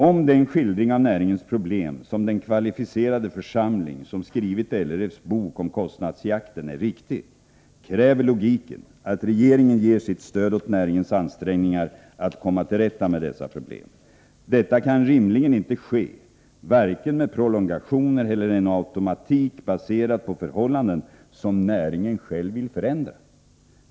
Om den skildring av näringens problem som den kvalificerade församling som skrivit LRF:s bok om kostnadsjakten är riktig, kräver logiken att regeringen ger sitt stöd åt näringens ansträngningar att komma till rätta med dessa problem. Detta kan rimligen inte ske vare sig genom prolongationer eller genom en automatik baserad på förhållanden som näringen själv vill förändra.